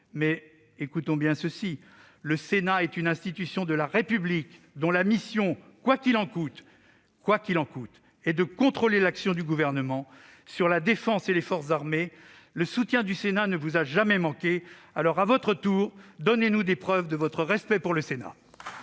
mais écoutez bien ceci : le Sénat est une institution de la République dont la mission, quoi qu'il en coûte, est de contrôler l'action du Gouvernement. Sur la défense et les forces armées, le soutien du Sénat ne vous a jamais manqué. Alors, à votre tour, donnez-nous des preuves de votre respect pour le Sénat